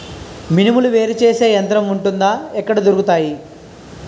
మినుములు వేరు చేసే యంత్రం వుంటుందా? ఎక్కడ దొరుకుతాయి?